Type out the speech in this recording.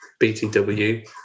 BTW